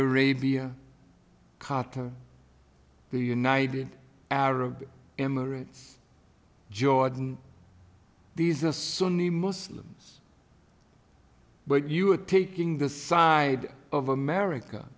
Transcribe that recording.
arabia qatar the united arab emirates jordan these are sunni muslims but you are taking the side of america